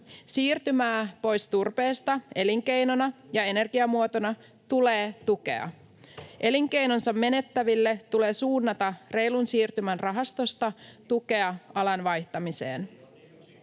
Siirtymää pois turpeesta elinkeinona ja energiamuotona tulee tukea. Elinkeinonsa menettäville tulee suunnata reilun siirtymän rahastosta tukea alan vaihtamiseen.